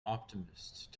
optimist